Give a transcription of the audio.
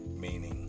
meaning